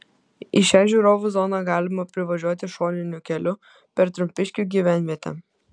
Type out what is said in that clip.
į šią žiūrovų zoną galima privažiuoti šoniniu keliu per trumpiškių gyvenvietę